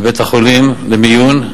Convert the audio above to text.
לבית-החולים, למיון.